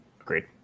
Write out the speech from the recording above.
agreed